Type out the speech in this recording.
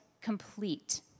complete